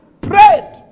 prayed